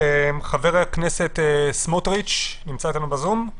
חבר הכנסת סמוטריץ' שנמצא אתנו ב-זום.